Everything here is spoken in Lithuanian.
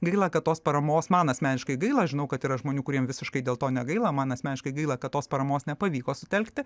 gaila kad tos paramos man asmeniškai gaila aš žinau kad yra žmonių kuriems visiškai dėl to negaila man asmeniškai gaila kad tos paramos nepavyko sutelkti